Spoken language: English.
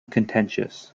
contentious